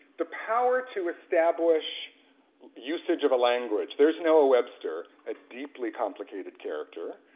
the power to establish usage of a language there's noah webster, ah deeply complicated character.